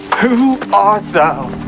who art thou?